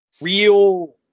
real